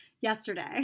Yesterday